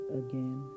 again